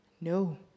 No